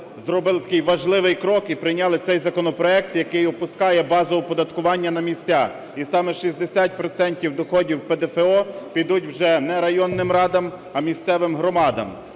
зробили такий важливий крок і прийняли цей законопроект, який опускає базу оподаткування на місця. І саме 60 процентів доходів ПДФО підуть вже не районним радам, а місцевим громадам.